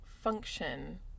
function